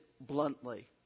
bluntly